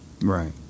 right